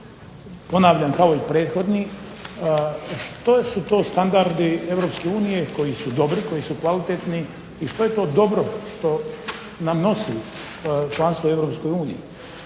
ponavljam kao i prethodni, što su to standardi EU koji su dobri, koji su kvalitetni i što je to dobro što nam nosi članstvo u EU. Dakle,